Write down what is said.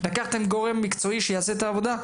לקחתם גורם מקצועי שיעשה את העבודה,